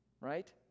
right